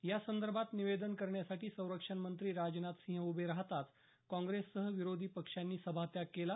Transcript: यासंदर्भात निवदेन करण्यासाठी संरक्षणमंत्री राजनाथ सिंह उभे राहताच काँग्रेससह विरोधी पक्षांनी सभात्याग केला